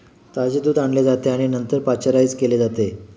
ताजे दूध आणले जाते आणि नंतर पाश्चराइज केले जाते